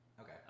Okay